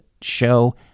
show